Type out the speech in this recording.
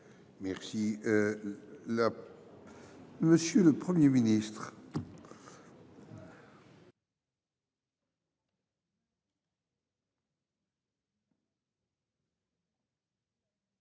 pays. Monsieur le Premier ministre,